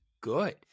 good